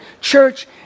church